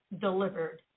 delivered